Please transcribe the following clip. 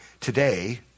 Today